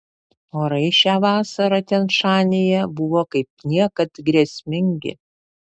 orai šią vasarą tian šanyje buvo kaip niekad grėsmingi